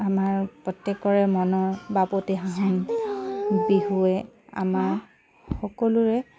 আমাৰ প্ৰত্যেকৰে মনৰ বাপতিসাহোন বিহুৱে আমাৰ সকলোৰে